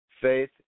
Faith